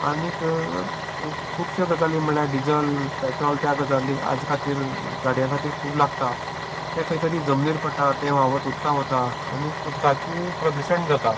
आनीक खुबश्यो गजाली म्हळ्यार डिजल पेट्रोल त्या गजालीक हाजे खातीर गाडयांक खातीर खूब लागता तें खंय तरी जमनीर पडटा तें व्हावत उदकां वता आनी उदकाचें प्रदूशण जाता